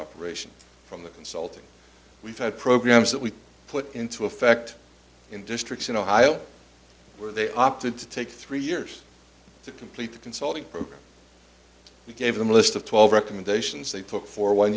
operation from the consulting we've had programs that we put into effect in districts in ohio where they opted to take three years to complete the consulting program we gave them a list of twelve recommendations they took for one